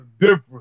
different